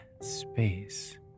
space